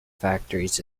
factories